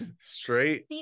straight